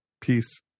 Peace